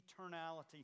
eternality